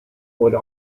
would